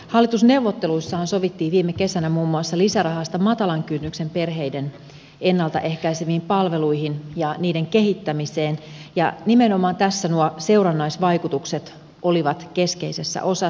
hallitusneuvotteluissahan sovittiin viime kesänä muun muassa lisärahasta matalan kynnyksen perheiden ennalta ehkäiseviin palveluihin ja niiden kehittämiseen ja nimenomaan tässä nuo seurannaisvaikutukset olivat keskeisessä osassa